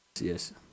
Yes